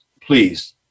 please